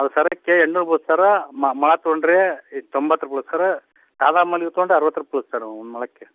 ಅದು ಸರಕ್ಕೆ ಎಂಟುನೂರು ಬೀಳುತ್ತೆ ಸರ್ರ ಮ ಮೊಳ ತಗೊಂಡರೆ ತೊಂಬತ್ತು ಬೀಳುತ್ತೆ ಸರ್ರ ಸಾದಾ ಮಲ್ಲಿಗೆ ಹೂ ತಗೊಂಡರೆ ಅರವತ್ತು ರೂಪಾಯಿ ಬೀಳುತ್ತೆ ಸರ್ ಒಂದು ಮೊಳಕ್ಕೆ